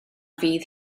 fydd